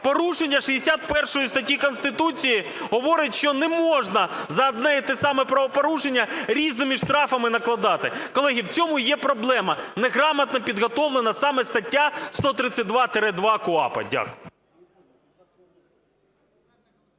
порушення 61 статті Конституції говорить, що не можна за одне і те саме правопорушення різними штрафами накладати. Колеги, в цьому і є проблема, неграмотно підготовлена саме стаття 132-2 КУпАП. Дякую.